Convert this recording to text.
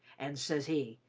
and ses he,